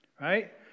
right